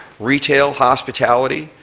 retail hospitality,